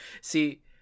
see